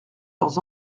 leurs